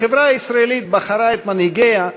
החברה הישראלית בחרה את מנהיגיה,